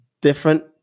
different